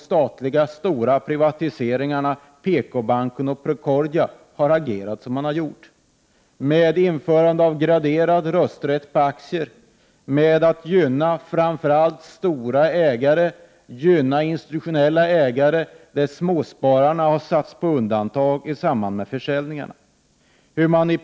1988/89:126 av Procordia, har handlat så som den gjort. Man har infört graderad rösträtt 1 juni 1989 på aktier, man har gynnat framför allt stora och institutionella ägare, medan småspararna har satts på undantag i samband med försäljningarna.